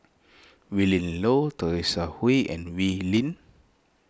Willin Low Teresa Hsu and Wee Lin